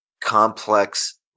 complex